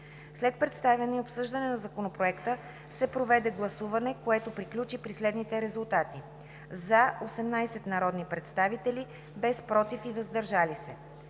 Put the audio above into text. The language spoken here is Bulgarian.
След представяне и обсъждане на Законопроекта се проведе гласуване, което приключи при следните резултати: „за“ 18 народни представители, без „против“ и „въздържали се“.